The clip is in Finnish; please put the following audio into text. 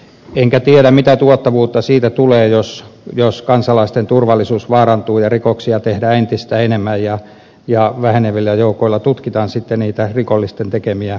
enkä tiedä mitä tuottavuutta siitä tulee jos kansalaisten turvallisuus vaarantuu ja rikoksia tehdään entistä enemmän ja sitten vähenevillä joukoilla tutkitaan niitä rikollisten tekemiä juttuja